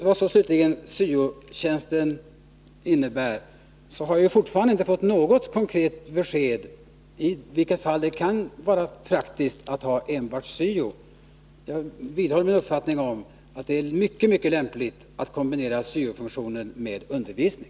Vad slutligen syo-tjänsten beträffar så har jag ännu inte fått något konkret besked i vilka fall det kan vara praktiskt att vederbörande fungerar enbart som syo-konsulent. Jag vidhåller min uppfattning att det är mycket lämpligt att kombinera syo-funktionen med undervisning.